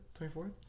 24th